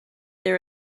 there